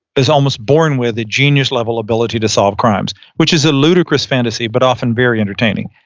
is almost born with a genius-level ability to solve crimes, which is a ludicrous fantasy, but often very entertaining.